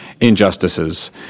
injustices